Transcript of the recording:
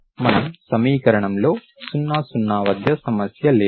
మన సమీకరణం లో 0 0 వద్ద సమస్య లేదు